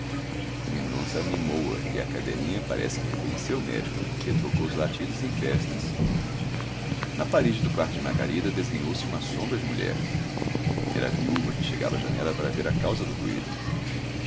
mendonça amimou a e a cadelinha parece que reconheceu o médico porque trocou os latidos em festas na parede do quarto de margarida desenhou-se uma sombra de mulher era a viúva que chegava à janela para ver a causa do ruído